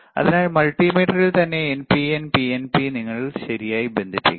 അതിനാൽ മൾട്ടിമീറ്ററിൽ തന്നെ എൻപിഎൻ പിഎൻപി നിങ്ങൾ ശരിയായി ബന്ധിപ്പിക്കണം